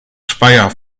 speyer